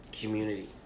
community